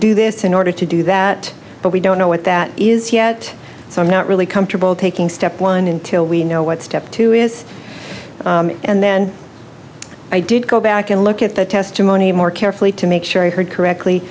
do this in order to do that but we don't know what that is yet so i'm not really comfortable taking step one until we know what step two is and then i did go back and look at the testimony more carefully to make sure you heard correctly